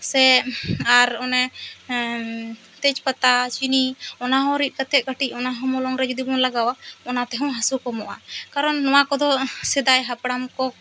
ᱥᱮ ᱟᱨ ᱚᱱᱟ ᱛᱮᱡᱽ ᱯᱟᱛᱟ ᱪᱤᱱᱤ ᱚᱱᱟᱦᱚᱸ ᱨᱤᱫ ᱠᱟᱛᱮᱫ ᱡᱟᱹᱴᱤᱡ ᱚᱱᱟᱦᱟ ᱢᱚᱞᱚᱝ ᱨᱮ ᱡᱚᱫᱤ ᱵᱚᱱ ᱞᱟᱜᱟᱣᱟ ᱚᱱᱟ ᱛᱮᱦᱚᱸ ᱦᱟᱹᱥᱩ ᱠᱚᱢᱚᱜᱚᱜᱼᱟ ᱠᱟᱨᱚᱱ